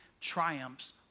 triumphs